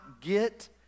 get